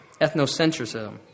ethnocentrism